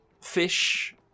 Fish